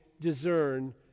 discern